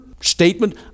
statement